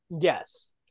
yes